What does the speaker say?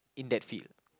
in that field